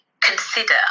consider